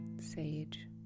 Sage